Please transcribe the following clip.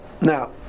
Now